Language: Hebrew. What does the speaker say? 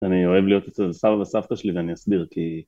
אני אוהב להיות אצל סבא וסבתא שלי ואני אסביר כי...